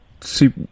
See